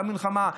למה מלחמה?